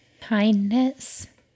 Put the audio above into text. kindness